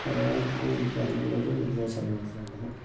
അത് ആണ് എനിക്കതിനുള്ളൊരു നിർദ്ദേശം അത് മാത്രാണുള്ളത്